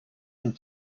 and